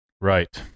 Right